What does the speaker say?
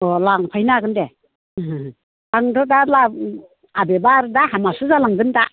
अ लांफैनो हागोन दे आंथ' दा बबेबा आरो दा हामासो जालांगोन दा